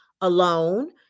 alone